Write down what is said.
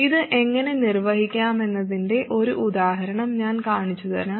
ഇത് എങ്ങനെ നിർവഹിക്കാമെന്നതിന്റെ ഒരു ഉദാഹരണം ഞാൻ കാണിച്ചുതരാം